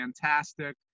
fantastic